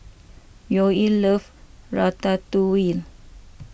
Yoel loves Ratatouille